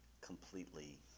completely